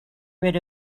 rid